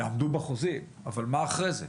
יעמוד בחוזים, אבל מה אחרי זה?